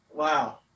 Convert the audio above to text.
Wow